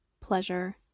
pleasure